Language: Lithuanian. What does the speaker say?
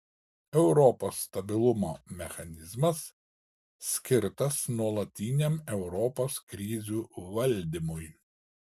europos stabilumo mechanizmas skirtas nuolatiniam europos krizių valdymui